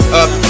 up